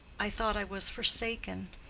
i thought i was forsaken.